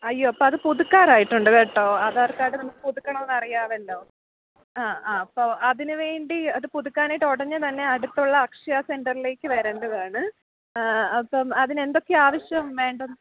അയ്യോ അപ്പം അത് പുതുക്കാറായിട്ടുണ്ട് കേട്ടോ ആധാർ കാർഡ് നമുക്ക് പുതുക്കണം എന്ന് അറിയാമല്ലോ ആ ആ അപ്പോൾ അതിനുവേണ്ടി അത് പുതുക്കാനായിട്ട് ഉടനെ തന്നെ അടുത്തുള്ള അക്ഷയ സെൻറ്ററിലേക്ക് വരേണ്ടതാണ് ആ അപ്പം അതിന് എന്തൊക്കെ ആവശ്യം വേണ്ടത്